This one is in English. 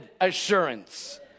assurance